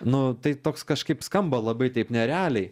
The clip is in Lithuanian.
nu tai toks kažkaip skamba labai taip nerealiai